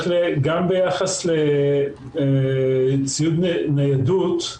גם ביחס לציוד ניידות,